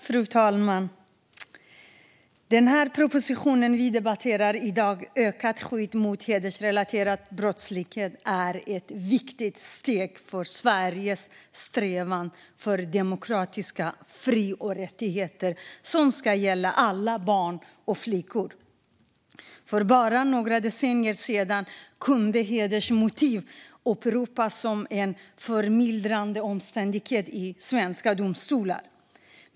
Fru talman! Den proposition vi debatterar i dag, Ökat skydd mot hedersrelatera d brottslighet , är ett viktigt steg i Sveriges strävan för demokratiska fri och rättigheter som ska gälla alla barn och flickor. För bara några decennier sedan kunde hedersmotiv åberopas som en förmildrande omständighet vid svenska domstolar.